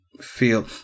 feel